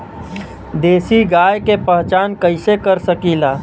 देशी गाय के पहचान कइसे कर सकीला?